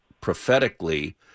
prophetically